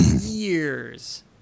years